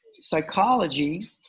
psychology